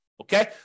Okay